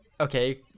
Okay